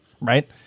right